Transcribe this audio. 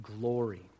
glory